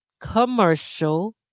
commercial